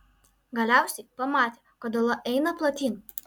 galiausiai pamatė kad ola eina platyn